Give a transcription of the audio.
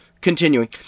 Continuing